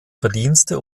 verdienste